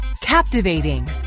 Captivating